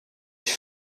ich